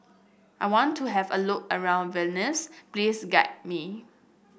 I want to have a look around Vilnius please guide me